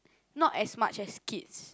not as much as kids